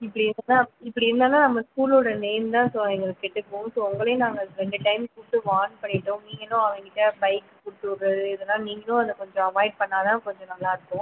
இப்படி இருந்தால் இப்படி இருந்தான்னா நம்ம ஸ்கூலோடய நேம் தான் ஸோ எங்களுக்கு கெட்டு போகும் ஸோ உங்களையும் நாங்கள் ரெண்டு டைம் கூப்பிட்டு வார்ன் பண்ணிவிட்டோம் நீங்களும் அவன்கிட்ட பைக் கொடுத்து விட்றது இதெல்லாம் நீங்களும் அதை கொஞ்சம் அவாய்ட் பண்ணிணா தான் கொஞ்சம் நல்லாயிருக்கும்